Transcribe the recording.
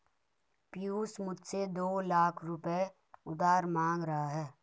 पियूष मुझसे दो लाख रुपए उधार मांग रहा है